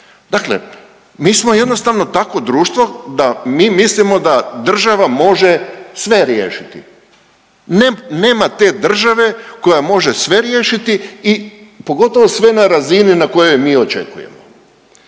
Dakle mi smo jednostavno takvo društvo da mi mislimo da država može sve riješiti. Nema te države koja može sve riješiti i pogotovo sve na razini na kojoj mi očekujemo.